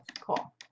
Cool